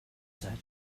said